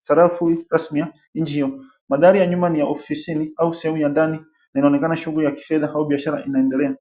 sarafu rasmi ya nchi hiyo. Madhari ya nyuma ni ya ofisini au sehemu ya ndani na inaonekana shughuli ya kifedha au biashara inaendelea.